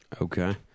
Okay